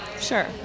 Sure